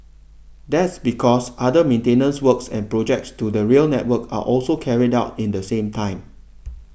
that's because other maintenance works and projects to the rail network are also carried out in the same time